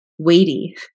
Weighty